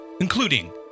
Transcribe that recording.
including